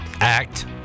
act